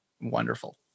wonderful